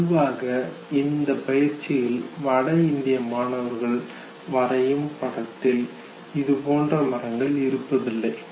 பொதுவாக இந்த பயிற்சியில் வட இந்திய மாணவர்கள் வரையும் படத்தில் இதுபோன்ற மரங்கள் இருப்பதில்லை